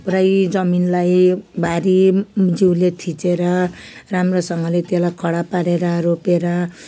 पुरै जमिनलाई भारी जिउले थिचेर राम्रोसँगले त्यसलाई कडा पारेर रोपेर